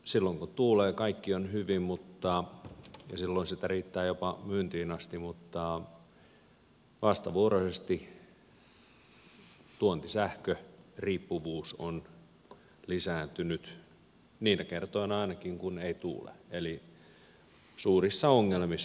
silloin kun tuulee kaikki on hyvin ja silloin sitä riittää jopa myyntiin asti mutta vastavuoroisesti tuontisähköriippuvuus on lisääntynyt niinä kertoina ainakin kun ei tuule eli suurissa ongelmissa ovat